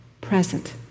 present